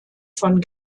von